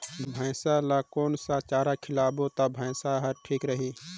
भैसा ला कोन सा चारा खिलाबो ता भैंसा हर ठीक रही?